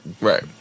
Right